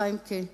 חיימקה,